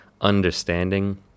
understanding